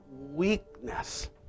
weakness